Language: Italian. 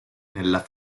nella